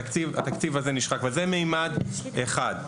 התקציב הזה נשחק וזה מימד אחד.